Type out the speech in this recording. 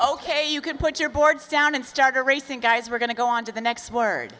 ok you can put your boards down and start racing guys we're going to go on to the next word